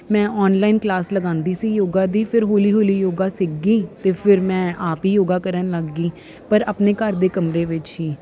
ਮੈਂ online class ਲਗਾਉਂਦੀ ਸੀ ਯੋਗਾ ਦੀ ਫਿਰ ਹੌਲੀ ਹੌਲੀ ਯੋਗਾ ਸਿੱਖ ਗਈ ਅਤੇ ਫਿਰ ਮੈਂ ਆਪ ਹੀ ਯੋਗਾ ਕਰਨ ਲੱਗ ਗਈ ਪਰ ਆਪਣੇ ਘਰ ਦੇ ਕਮਰੇ ਵਿੱਚ ਹੀ